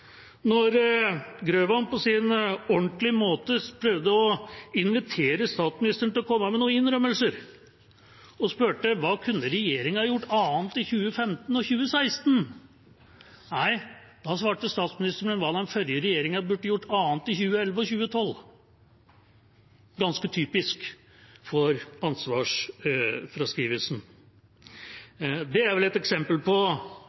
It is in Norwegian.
Grøvan på sin ordentlige måte prøvde å invitere statsministeren til å komme med noen innrømmelser, og spurte: Hva kunne regjeringa gjort annerledes i 2015 og i 2016? Da svarte statsministeren med hva den forrige regjeringa burde gjort annerledes i 2011 og i 2012. Det er ganske typisk for ansvarsfraskrivelsen. Det er vel et eksempel på